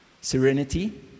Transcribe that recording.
serenity